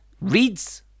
reads